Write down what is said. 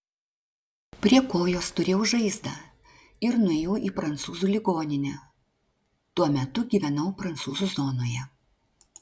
prie kojos turėjau žaizdą ir nuėjau į prancūzų ligoninę tuo metu gyvenau prancūzų zonoje